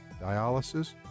dialysis